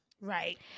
Right